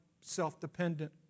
self-dependent